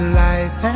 life